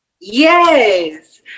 Yes